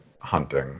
hunting